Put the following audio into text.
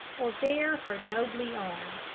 or bear her nobly on.